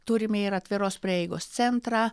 turime ir atviros prieigos centrą